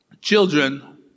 Children